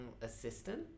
assistant